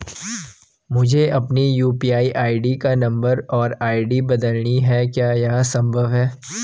मुझे अपने यु.पी.आई का नम्बर और आई.डी बदलनी है क्या यह संभव है?